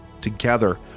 Together